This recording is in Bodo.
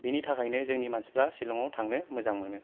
बेनि थाखायनो जोंनि मानसिफ्रा शिलंआव थांनो मोजां मोनो